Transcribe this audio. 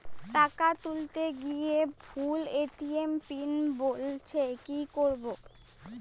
টাকা তুলতে গিয়ে ভুল এ.টি.এম পিন বলছে কি করবো?